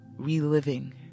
Reliving